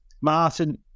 Martin